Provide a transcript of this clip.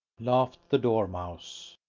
laughed the dormouse.